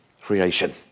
creation